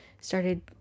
started